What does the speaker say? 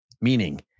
Meaning